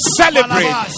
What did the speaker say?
celebrate